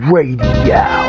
Radio